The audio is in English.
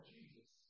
Jesus